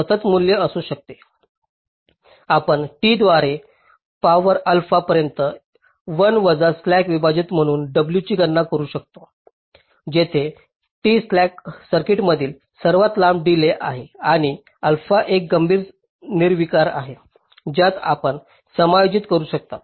आपण T द्वारे power alpha पर्यंत 1 वजा स्लॅक विभाजित म्हणून w ची गणना करू शकता जेथे T सर्किटमधील सर्वात लांब डीलेय आहे आणि अल्फा ही एक गंभीर निर्विकार आहे ज्यात आपण समायोजित करू शकता